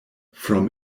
from